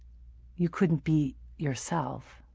you couldn't be yourself